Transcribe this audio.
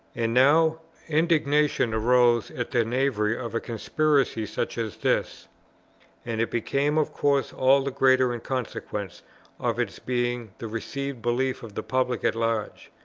and now indignation arose at the knavery of a conspiracy such as this and it became of course all the greater in consequence of its being the received belief of the public at large,